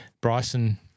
Bryson